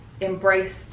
embraced